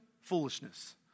foolishness